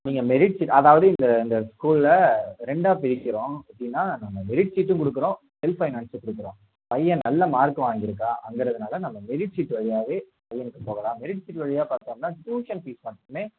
நீங்கள் merit sheet அதாவது இந்த இந்த ஸ்கூலில் ரெண்டாக பிரிக்கிறோம் எப்படின்னா நம்ம மெரிட் ஷீட்டும் கொடுக்கறோம் ஹெல்ப் ஃபைனான்ஸும் கொடுக்கறோம் பையன் நல்ல மார்க் வாங்கியிருக்கான் அங்கருதுனாலே நம்ம மெரிட் ஷீட் வழியாகவே பையனுக்கு போகலாம் மெரிட் ஷீட் வழியாக பார்த்தோம்னா ட்யூஷன் ஃபீஸ் மட்டும்